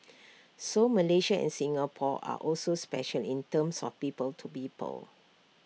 so Malaysia and Singapore are also special in terms of people to people